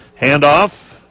Handoff